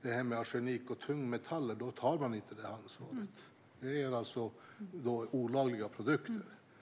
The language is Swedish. När det finns arsenik och tungmetaller i preparaten har man inte tagit det ansvaret. Det är alltså olagliga produkter.